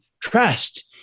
trust